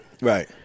Right